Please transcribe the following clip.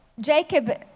Jacob